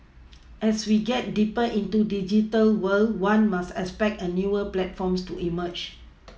as we get deeper into digital world one must expect a newer platforms to emerge